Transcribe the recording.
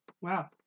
Wow